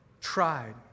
tried